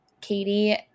Katie